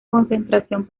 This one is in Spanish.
concentración